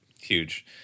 Huge